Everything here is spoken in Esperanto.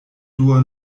dua